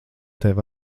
tev